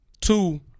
Two